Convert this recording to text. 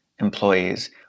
employees